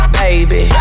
baby